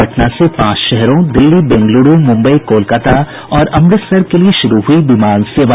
पटना से पांच शहरों दिल्ली बेंगलुरू मुम्बई कोलकाता और अमृतसर के लिए शुरू हुई विमान सेवा